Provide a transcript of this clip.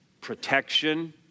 Protection